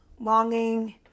longing